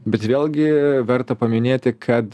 bet vėlgi verta paminėti kad